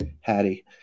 Hattie